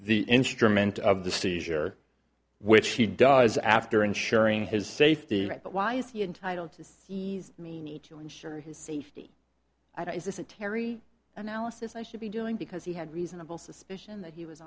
the instrument of the seizure which he does after ensuring his safety right but why is he entitled to tease me need to ensure his safety i don't is this a terry analysis i should be doing because he had reasonable suspicion that he was